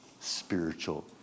spiritual